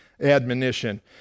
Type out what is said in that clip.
admonition